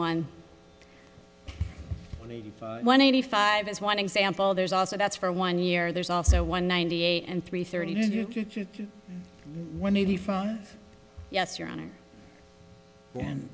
one one eighty five as one example there's also that's for one year there's also one ninety eight and three thirty one the phone yes your honor and